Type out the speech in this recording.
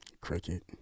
cricket